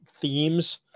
themes